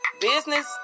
business